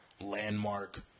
landmark